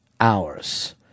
hours